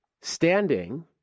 standing